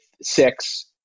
six